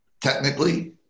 technically